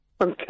Okay